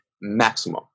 maximum